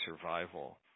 survival